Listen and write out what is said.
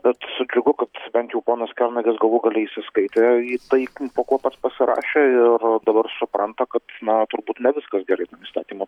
bet sutinku kad bent jau ponas kernagis galų gale įsiskaitė į tai po kuo pasirašė ir dabar supranta kad na turbūt ne viskas gerai įstatymo